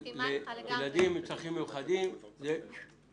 לילדים עם צרכים מיוחדים זה הרבה.